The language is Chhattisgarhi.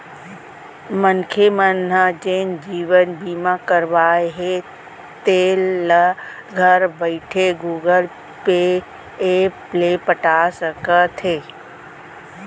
मनखे मन जेन जीवन बीमा करवाए हें तेल ल घर बइठे गुगल पे ऐप ले पटा सकथे